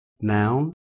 noun